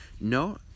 No